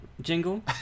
jingle